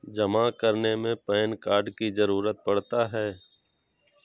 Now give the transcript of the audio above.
जमा करने में पैन कार्ड की जरूरत पड़ता है?